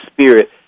spirit